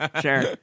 sure